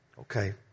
Okay